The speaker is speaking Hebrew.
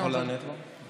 אני יכול לענות לו?